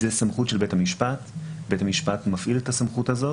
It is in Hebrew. זאת סמכות של בית המשפט ובית המשפט מפעיל את הסמכות הזאת